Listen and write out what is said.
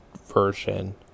version